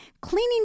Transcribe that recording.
Cleaning